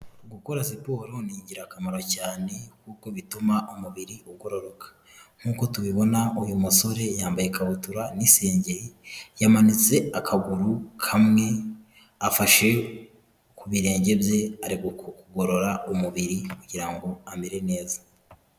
Gukora siporo ni ingirakamaro cyane kuko bituma umubiri ugororoka nk'uko tubibona uyu musore yambaye ikabutura n'isengeri, yamanitse akaguru kamwe, afashe ku birenge bye ari kugorora umubiri kugira ngo amere neza.